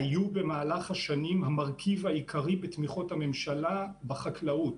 היו במהלך השנים המרכיב העיקרי בתמיכות הממשלה בחקלאות.